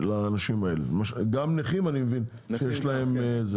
לאנשים האלה, גם נכים אני מבין שיש להם.